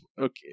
okay